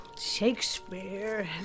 Shakespeare